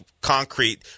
concrete